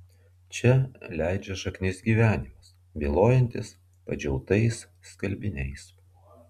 čia leidžia šaknis gyvenimas bylojantis padžiautais skalbiniais